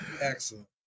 Excellent